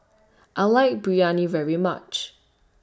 I like Biryani very much